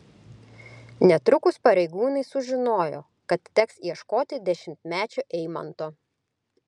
netrukus pareigūnai sužinojo kad teks ieškoti dešimtmečio eimanto